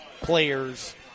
players